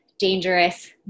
dangerous